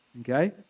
Okay